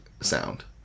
sound